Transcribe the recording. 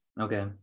Okay